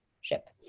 ship